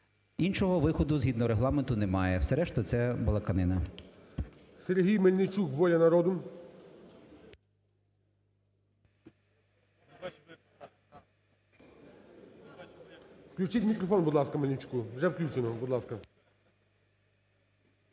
Іншого виходу, згідно Регламенту, немає, все решта – це балаканина. ГОЛОВУЮЧИЙ. Сергій Мельничук, "Воля народу". Включіть мікрофон, будь ласка, Мельничуку. Вже включено. Будь ласка.